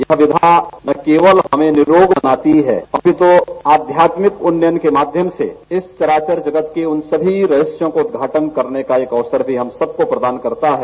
यह विद्या न केवल हमे निरोग बनाती है अपितु आध्यात्मिक उन्नयन के माध्यम से इस चराचर जगत के उन सभी रहस्यों को उद्घाटन करने का एक अवसर भी हमको प्रदान करता है